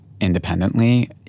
independently